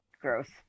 Gross